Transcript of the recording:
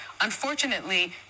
unfortunately